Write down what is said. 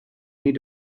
need